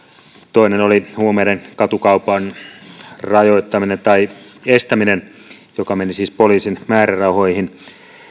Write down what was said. toinen oli huumeiden katukaupan rajoittaminen tai estäminen joka meni siis poliisin määrärahoihin